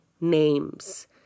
names